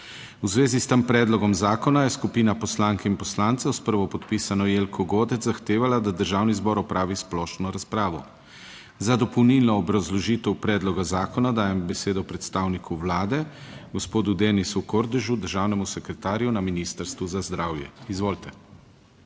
v zvezi s tem predlogom zakona je skupina poslank in poslancev s prvopodpisano Jelko Godec zahtevala, da Državni zbor opravi splošno razpravo. Za dopolnilno obrazložitev predloga zakona dajem besedo predstavniku Vlade, gospodu Denisu Kordežu, državnemu sekretarju na Ministrstvu za zdravje. Izvolite.